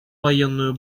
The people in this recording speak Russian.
военную